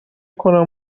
کنم